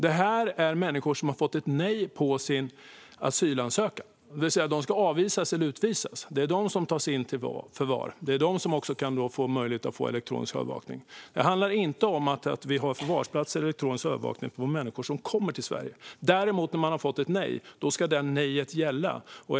Det är fråga om människor som har fått nej på sin asylansökan. Det betyder att de ska avvisas eller utvisas. Det är de som tas in till förvar. Det är de som också kan få elektronisk övervakning. Det handlar inte om att ha förvarsplatser eller elektronisk övervakning när det gäller människor som kommer till Sverige. Men när man har fått ett nej ska det nejet gälla.